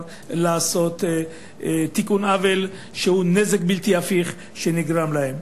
לעשות תיקון עוול שהוא נזק בלתי הפיך שנגרם להם.